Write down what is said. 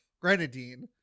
grenadine